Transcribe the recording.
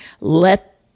let